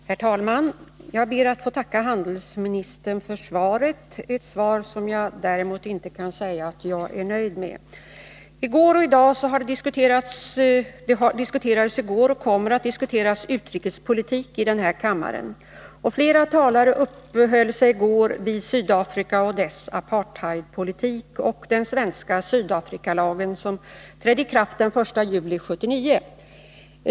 Herr talman! Jag ber att få tacka handelsministern för svaret, ett svar som jag inte kan säga att jag är nöjd med. Här i kammaren diskuterades det utrikespolitik i går, och i dag kommer debatten att fortsätta. Flera talare uppehöll sig i går vid Sydafrika och dess apartheidpolitik samt vid den Sydafrikalag som trädde i kraft den 1 juli 1979.